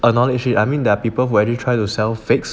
another issue I mean there are people who are you trying to sell fakes